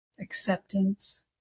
acceptance